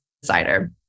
decider